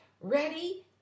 ready